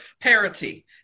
parity